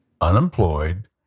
unemployed